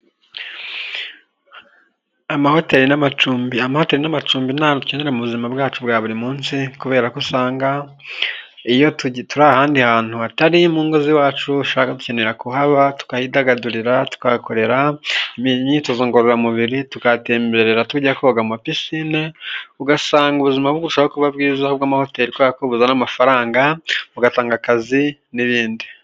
Amahoteli n'amacumbi, amahoteri n'amacumbi ni ahantu dukenera mu buzima bwacu bwa buri munsi kubera ko usanga iyo turi ahandi hantu hatari mu ngo z'iwacu dushaka kuhaba tukahidagadurira tugahakorera imyitozo ngororamubiri, tukatemberera, tujya koga muri pisine ugasanga ubuzima burushaho kuba bwiza bw'amahoteli kubera ko buzana amafaranga bugatanga akazi n'ibindi.